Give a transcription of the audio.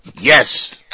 Yes